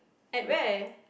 at where